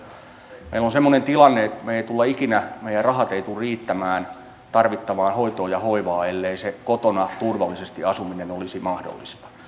meillä on semmoinen tilanne että meidän rahamme eivät tule ikinä riittämään tarvittavaan hoitoon ja hoivaan ellei se kotona turvallisesti asuminen olisi mahdollista